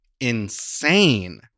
insane